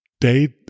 date